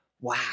wow